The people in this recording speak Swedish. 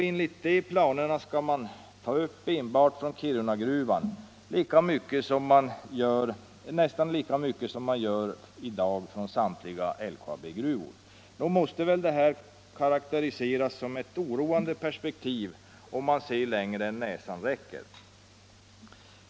Enligt de planerna skall man enbart från Kirunagruvan ta upp lika mycket som man i dag tar från samtliga LKAB-gruvor. Nog måste väl detta karakteriseras som ett oroande perspektiv, om man ser längre än näsan räcker.